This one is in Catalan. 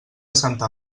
santa